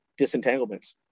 disentanglements